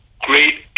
great